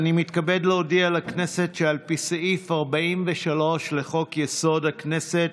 אני מתכבד להודיע לכנסת שעל פי סעיף 43 לחוק-יסוד: הכנסת,